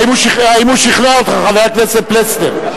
האם הוא שכנע אותך, חבר הכנסת פלסנר?